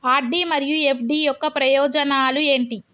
RD మరియు FD యొక్క ప్రయోజనాలు ఏంటి?